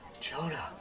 Jonah